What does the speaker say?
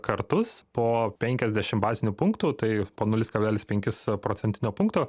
kartus po penkiasdešim bazinių punktų tai po nulis kablelis penkis procentinio punkto